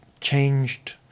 changed